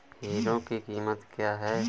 Hero की कीमत क्या है?